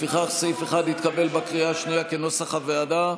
לפיכך, סעיף 1 התקבל בקריאה השנייה כנוסח הוועדה.